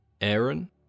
Aaron